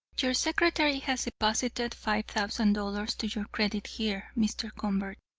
your secretary has deposited five thousand dollars to your credit here, mr. convert,